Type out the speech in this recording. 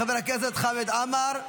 חבר הכנסת חמד עמאר,